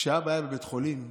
כשאבא היה בבית חולים,